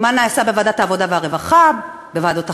מה נעשה בוועדת העבודה והרווחה, בוועדות אחרות,